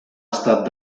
estat